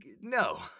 no